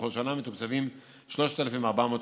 בכל שנה מתוקצבות 3,400 כתות.